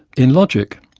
in logic,